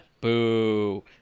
boo